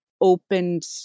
opened